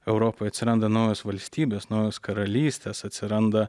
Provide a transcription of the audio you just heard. europoe atsiranda naujos valstybės naujos karalystės atsiranda